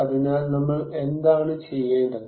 അതിനാൽ നമ്മൾ എന്താണ് ചെയ്യേണ്ടത്